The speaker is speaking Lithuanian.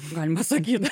galima sakyt